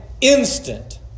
Instant